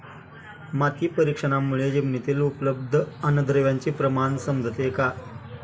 माती परीक्षणामुळे जमिनीतील उपलब्ध अन्नद्रव्यांचे प्रमाण समजते का?